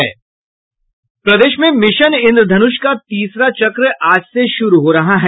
प्रदेश में मिशन इंद्रधनुष का तीसरा चक्र आज से शुरू हो रहा है